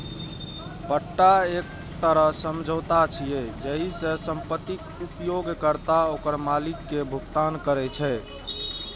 पट्टा एक तरह समझौता छियै, जाहि मे संपत्तिक उपयोगकर्ता ओकर मालिक कें भुगतान करै छै